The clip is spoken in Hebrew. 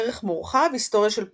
ערך מורחב – היסטוריה של פורטוגל